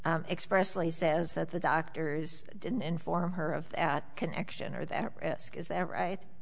expressly says that the doctors didn't inform her of the at connection or that risk is their right